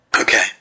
Okay